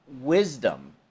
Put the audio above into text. wisdom